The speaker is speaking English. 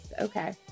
Okay